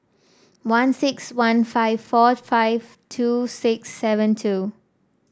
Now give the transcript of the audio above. one six one five four five two six seven two